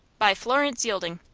by florence yielding.